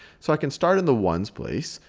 so i can start in the ones place.